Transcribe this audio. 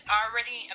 already